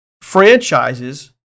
franchises